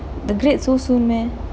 the grades so soon meh